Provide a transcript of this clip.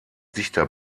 dichter